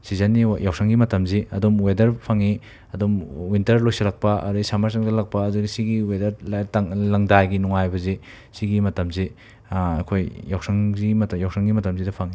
ꯁꯤꯖꯟꯅꯤ ꯌꯥꯎꯁꯪꯒꯤ ꯃꯇꯝꯁꯤ ꯑꯗꯨꯝ ꯋꯦꯗꯔ ꯐꯪꯏ ꯑꯗꯨꯝ ꯋꯤꯟꯇꯔ ꯂꯣꯏꯁꯤꯜꯂꯛꯄ ꯑꯗꯩ ꯁꯃꯔ ꯆꯪꯁꯤꯜꯂꯛꯄ ꯑꯗ ꯁꯤꯒꯤ ꯋꯦꯗꯔ ꯇꯥꯡ ꯂꯪꯗꯥꯏꯒꯤ ꯅꯨꯉꯥꯏꯕꯁꯤ ꯁꯤꯒꯤ ꯃꯇꯝꯁꯤ ꯑꯩꯈꯣꯏ ꯌꯥꯎꯁꯪꯁꯤ ꯃꯇꯝ ꯌꯥꯎꯁꯪꯒꯤ ꯃꯇꯝꯁꯤꯗ ꯐꯪꯏ